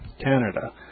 Canada